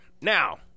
Now